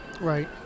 Right